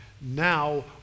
Now